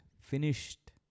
finished